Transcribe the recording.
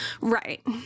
Right